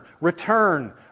Return